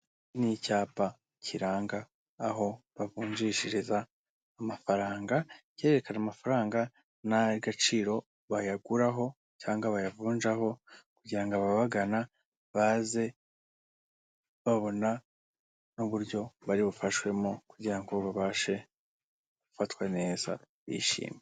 Ni icyapa kiranga aho bavunjishireza amafaranga, kirerekana amafaranga n'agaciro bayaguraho cyangwa bayavunjaho kugira ngo ababagana, baze babona n'uburyo bari bufashwemo kugira ngo babashe gufatwa neza bishime.